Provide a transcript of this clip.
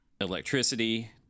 electricity